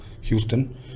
Houston